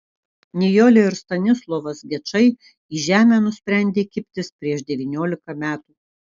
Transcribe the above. nijolė ir stanislovas gečai į žemę nusprendė kibtis prieš devyniolika metų